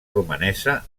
romanesa